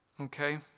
Okay